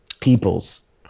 peoples